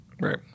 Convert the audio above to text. Right